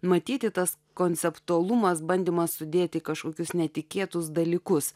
matyti tas konceptualumas bandymas sudėti kažkokius netikėtus dalykus